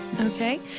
Okay